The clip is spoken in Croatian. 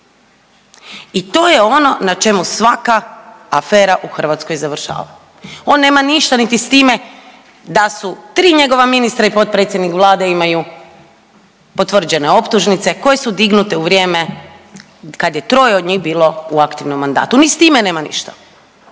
I to je ono na čemu svaka afera u Hrvatskoj završava. On nema ništa niti s time da su tri njegova ministra i potpredsjednik vlade imaju potvrđene optužnice koje su dignute u vrijeme kad je troje od njih bilo u aktivnom mandatu, ni s time nema ništa,